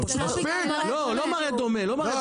לא מראה דומה.